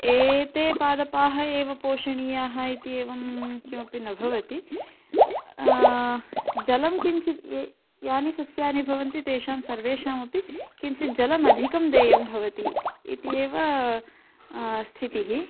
एते पादपाः एव पोषणीयाः इति एवं किमपि न भवति जलं किञ्चित् ये यानि सस्यानि भवन्ति तेषां सर्वेषामपि किञ्चित् जलम् अधिकं देयं भवति इत्येव स्थितिः